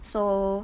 so